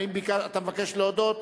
האם אתה מבקש להודות?